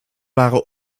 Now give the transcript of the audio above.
waren